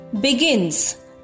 begins